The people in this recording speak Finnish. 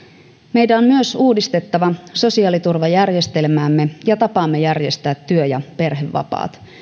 meidän on myös uudistettava sosiaaliturvajärjestelmäämme ja tapaamme järjestää työ ja perhevapaat